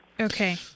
Okay